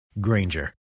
Granger